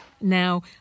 Now